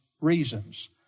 reasons